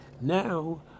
Now